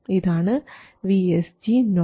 ഇതാണ് VSG0